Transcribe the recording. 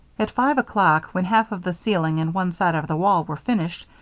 at five o'clock, when half of the ceiling and one side of the wall were finished,